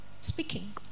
speaking